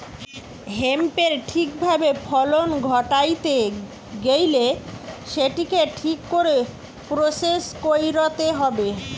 হেম্পের ঠিক ভাবে ফলন ঘটাইতে গেইলে সেটিকে ঠিক করে প্রসেস কইরতে হবে